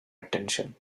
attention